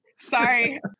Sorry